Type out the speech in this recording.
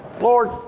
Lord